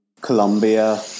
Colombia